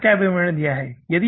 हमारे यहाँ क्या विवरण दिए गए हैं